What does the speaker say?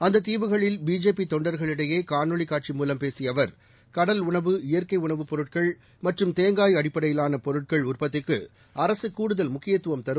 அந்ததீவுகளில் பிஜேபிதொண்டர்களிடையேகாணொளிகாட்சி மூலம் பேசியஅவர் கடல் உணவு இயற்கைஉணவு பொருட்கள் மற்றும் தேங்காய் அடிப்படையிலானபொருட்கள் உற்பத்திக்குஅரககூடுதல் முக்கியத்துவம் தரும்